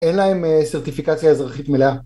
אין להם סרטיפיקציה אזרחית מלאה